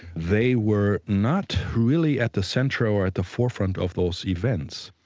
they were not really at the centre or at the forefront of those events.